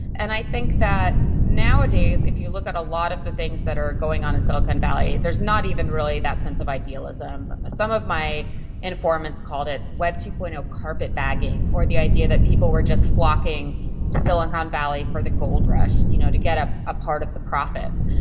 and i think that nowadays if you look at a lot of the things that are going on in silicon valley, there is not even really that sense of idealism. some of my informants called it web two. zero carpetbagging, or the idea that people were just flocking to silicon valley for the gold rush, you know to get a ah part of the profits.